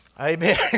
amen